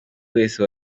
wese